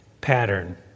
pattern